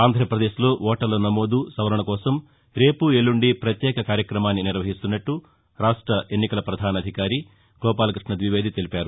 ఆంధ్రాపదేశ్లో ఓటర్ల నమోదు సవరణకోసం రేపు ఎల్లుంది పత్యేక కార్యక్రమాన్ని నిర్వహిస్తున్నట్ల రాష్ట్ర ఎన్నికల పధాన అధికారి గోపాలకృష్ణ ద్వివేది తెలిపారు